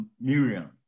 Miriam